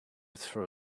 throw